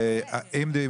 תודה.